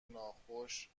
ناخوش